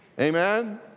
Amen